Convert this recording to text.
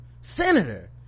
Senator